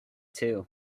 two